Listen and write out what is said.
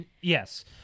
yes